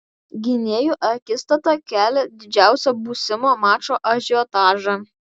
gynėjų akistata kelia didžiausią būsimo mačo ažiotažą